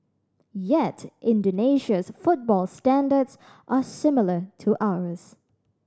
yet Indonesia's football standards are similar to ours